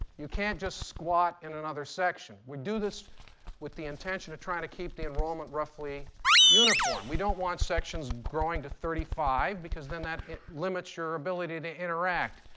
you can't just squat in another section. we do this with the intention of trying to keep the enrollment roughly uniform. we don't want sections growing to thirty five because then that limits your ability to interact.